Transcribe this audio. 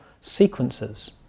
sequences